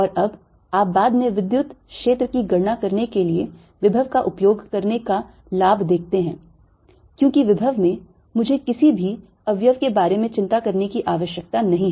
और अब आप बाद में विद्युत क्षेत्र की गणना करने के लिए विभव का उपयोग करने का लाभ देखते हैं क्योंकि विभव में मुझे किसी भी अवयव के बारे में चिंता करने की आवश्यकता नहीं है